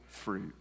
fruit